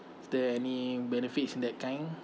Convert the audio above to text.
is there any benefits that kind